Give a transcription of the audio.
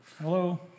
Hello